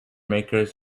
makers